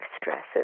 stresses